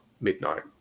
midnight